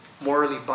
morally